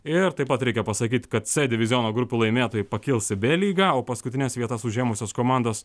ir taip pat reikia pasakyt kad c diviziono grupių laimėtojai pakils į b lygą paskutines vietas užėmusios komandos